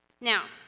Now